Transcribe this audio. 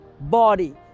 body